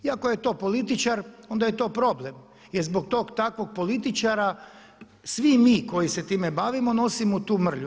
I ako je to političar, onda je to problem jer zbog tog takvog političara, svi mi koji se time bavimo nosimo tu mrlju.